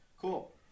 Cool